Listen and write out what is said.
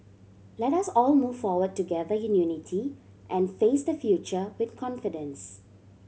let us all move forward together in unity and face the future with confidence